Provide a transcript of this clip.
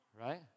Right